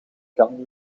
kan